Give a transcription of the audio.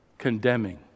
condemning